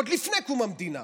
עוד לפני קום המדינה,